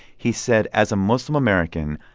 he said as a muslim-american,